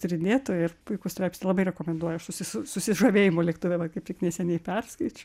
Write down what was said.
tyrinėtoja ir puikų straipsnį labai rekomenduoju aš susi su susižavėjimu lėktuve va kaip tik neseniai perskaičiau